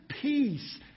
peace